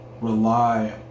rely